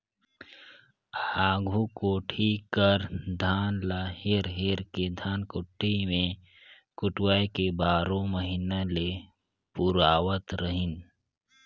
आघु कोठी कर धान ल हेर हेर के धनकुट्टी मे कुटवाए के बारो महिना ले पुरावत रहिन